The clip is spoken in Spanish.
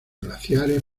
glaciares